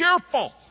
cheerful